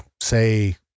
say